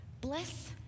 Bless